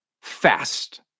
fast